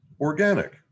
organic